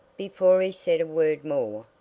before he said a word more,